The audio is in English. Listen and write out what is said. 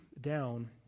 down